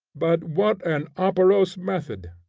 but what an operose method!